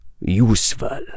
useful